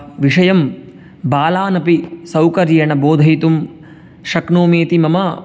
विषयं बालानपि सौकर्येण बोधयितुं शक्नोमीति मम